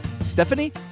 Stephanie